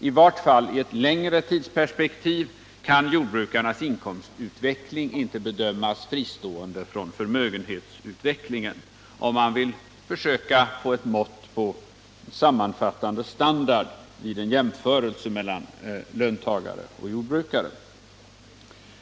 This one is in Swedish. I vart fall i ett längre tidsperspektiv kan jordbrukarnas inkomstutveckling inte bedömas fristående från förmögenhetsutvecklingen, om man vill försöka få ett sammanfattande mått på levnadsstandard vid en jämförelse mellan löntagare och jordbrukare.